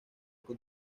que